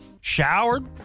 showered